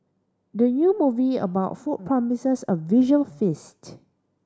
the new movie about food promises a visual feast